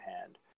hand